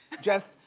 just,